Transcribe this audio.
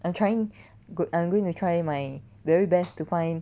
I'm trying good I'm going to try my very best to find